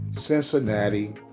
Cincinnati